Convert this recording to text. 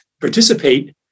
participate